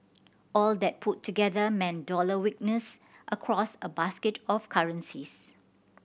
all that put together meant dollar weakness across a basket of currencies